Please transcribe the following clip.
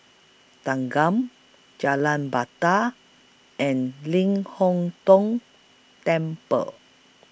Thanggam Jalan Batai and Ling Hong Tong Temple